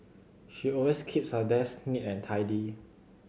she always keeps her desk neat and tidy